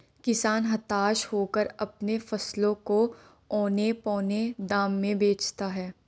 किसान हताश होकर अपने फसलों को औने पोने दाम में बेचता है